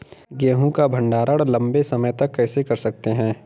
गेहूँ का भण्डारण लंबे समय तक कैसे कर सकते हैं?